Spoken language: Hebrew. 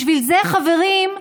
בשביל זה, חברים,